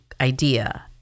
idea